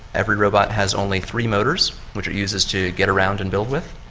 every robot has only three motors which it uses to get around and build with,